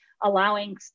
allowing